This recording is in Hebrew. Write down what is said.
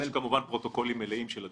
יש פרוטוקולים מלאים של הדיונים.